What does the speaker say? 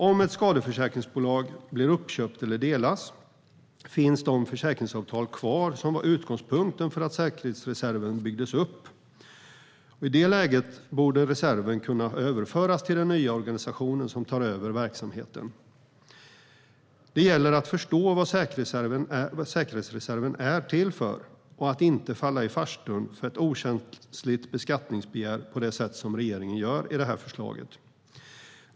Om ett skadeförsäkringsbolag blir uppköpt eller delas finns de försäkringsavtal kvar som var utgångspunkten för att säkerhetsreserven byggdes upp. I det läget borde reserven kunna överföras till en ny organisation som tar över verksamheten. Det gäller att förstå vad säkerhetsreserven är till för och inte falla i farstun för ett okänsligt beskattningsbegär på det sätt som regeringen gör i det här förslaget.